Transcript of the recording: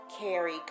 Carrie